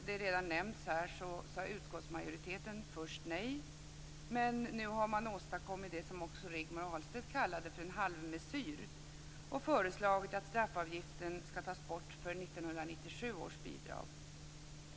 Som redan nämnts här sade utskottsmajoriteten först nej, men nu har man åstadkommit det som också Rigmor Ahlstedt kallade en halvmesyr, och föreslagit att straffavgiften skall tas bort för 1997 års bidrag.